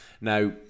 Now